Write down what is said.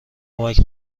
کمک